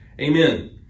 amen